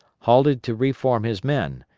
halted to reform his men,